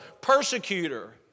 persecutor